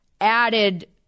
added